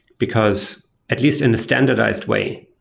because at least in a standardized way.